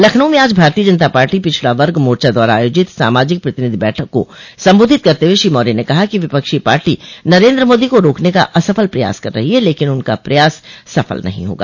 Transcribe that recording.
लखनऊ में आज भारतीय जनता पार्टी पिछड़ा वर्ग मोर्चा द्वारा आयोजित सामाजिक प्रतिनिधि बैठक को संबोधित करते हुए श्री मौर्य ने कहा कि विपक्षी पार्टी नरेन्द्र मोदी को रोकने का असफल प्रयास कर रही है लेकिन उनका प्रयास सफल नहीं होगा